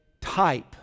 type